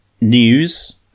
news